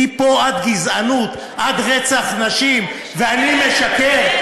מפה עד גזענות, עד רצח נשים, ואני משקר?